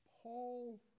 Paul